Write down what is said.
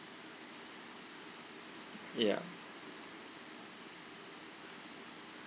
ya